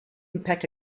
impact